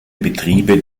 betriebe